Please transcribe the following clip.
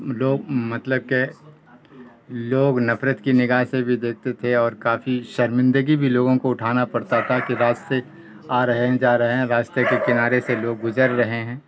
لوگ مطلب کہ لوگ نفرت کی نگاہ سے بھی دیکھتے تھے اور کافی شرمندگی بھی لوگوں کو اٹھانا پڑتا تھا کہ راستے آ رہے ہیں جا رہے ہیں راستے کے کنارے سے لوگ گزر رہے ہیں